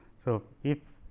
so, if